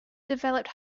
developed